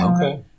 Okay